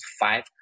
five